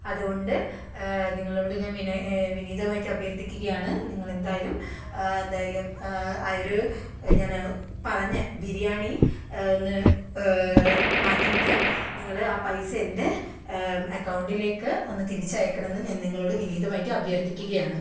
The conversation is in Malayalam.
അതുകൊണ്ട് നിങ്ങളോട് ഞാൻ വിനയ വിനീതമായിട്ട് അഭ്യർത്ഥിക്കുകയാണ് നിങ്ങൾ എന്തായാലും എന്തായാലും ആ ഒരു ഞാൻ പറഞ്ഞ ബിരിയാണി ഒന്ന് മാറ്റിയിട്ട് നിങ്ങൾ ആ പൈസ എൻ്റെ അക്കൗണ്ടിലേക്ക് ഒന്ന് തിരിച്ച് അയക്കണം എന്ന് ഞാൻ നിങ്ങളോട് വിനീതമായി അഭ്യർത്ഥിക്കുകയാണ്